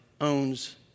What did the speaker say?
owns